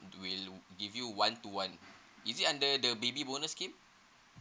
give you one to one is it under the baby bonus scheme